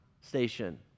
station